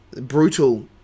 brutal